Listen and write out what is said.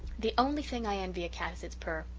the only thing i envy a cat is its purr,